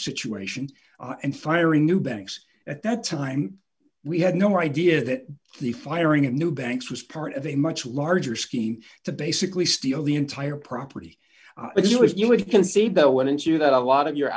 situation and firing new banks at that time we had no idea that the firing of new banks was part of a much larger scheme to basically steal the entire property if you if you would concede though wouldn't you that a lot of your